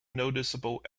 noticeable